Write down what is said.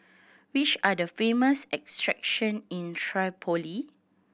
which are the famous in Tripoli